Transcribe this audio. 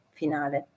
finale